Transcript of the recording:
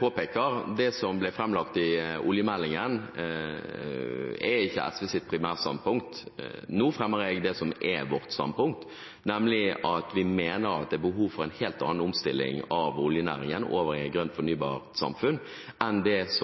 påpeker, at det som ble framlagt i oljemeldingen, ikke er SVs primærstandpunkt. Nå fremmer jeg det som er vårt standpunkt, nemlig at vi mener det er behov for en helt annen omstilling av oljenæringen – over i et grønt fornybarsamfunn – enn det som